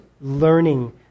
learning